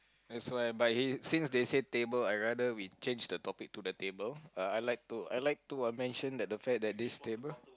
that's why but he since they said table I rather we change the topic to the table uh I like to I like to I mention that the fair that this table